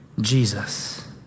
Jesus